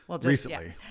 recently